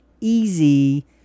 easy